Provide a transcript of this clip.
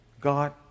God